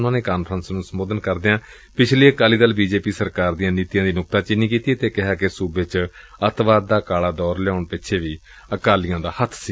ਉਨੂਾਂ ਨੇ ਕਾਨਫਰੰਸ ਨੂੰ ਸੰਬੋਧਨ ਕਰਦਿਆਂ ਪਿਛਲੀ Akali Dal B J P ਸਰਕਾਰ ਦੀਆਂ ਨੀਤੀਆਂ ਦੀ ਨੁਕਤਾਚੀਨੀ ਕੀਤੀ ਅਤੇ ਕਿਹਾ ਕਿ ਸੁਬੇ ਚ ਅੱਤਵਾਦ ਦਾ ਕਾਲਾ ਦੌਰ ਲਿਆੳਣ ਪਿਛੇ ਵੀ ਅਕਾਲੀਆਂ ਦਾ ਹੱਬ ਸੀ